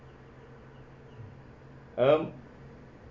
um